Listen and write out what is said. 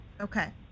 Okay